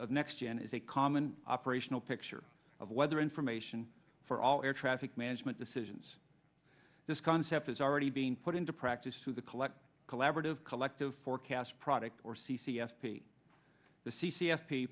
of next gen is a common operational picture of weather information for all air traffic management decisions this concept is already being put into practice through the collective collaborative collective forecast product or c c f p the c c f p